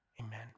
amen